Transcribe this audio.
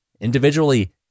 Individually